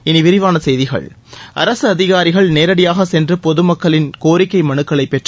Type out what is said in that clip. இனி விரிவான செய்திகள் அரசு அதிகாரிகள் நேரடியாகச் சென்று பொது மக்களின் கோரிக்கை மனுக்களைப் பெற்று